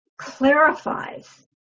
clarifies